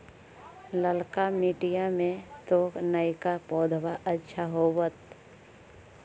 ललका मिटीया मे तो नयका पौधबा अच्छा होबत?